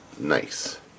Nice